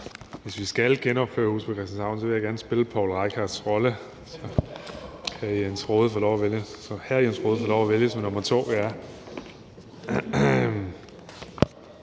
Hvis vi skal genopføre »Huset på Christianshavn«, vil jeg gerne spille Poul Reichhardts rolle, og så kan hr. Jens Rohde få lov at vælge som nummer to.